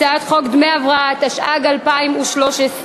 הצעת חוק דמי הבראה, התשע"ג 2013,